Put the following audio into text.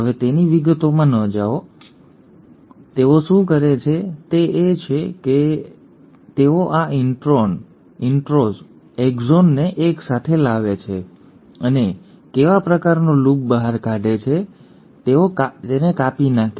હવે તેની વિગતોમાં ન જાઓ તેઓ શું કરે છે તે એ છે કે તેઓ આ ઇન્ટ્રોઝ એક્ઝોનને એક સાથે લાવે છે અને કેવા પ્રકારનો લૂપ બહાર કાઢે છે અને તેઓ તેને કાપી નાખે છે